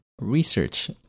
research